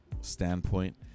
standpoint